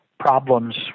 Problems